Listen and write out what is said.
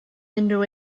unrhyw